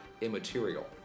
immaterial